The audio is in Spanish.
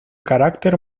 carácter